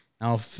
Now